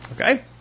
Okay